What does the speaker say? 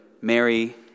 Mary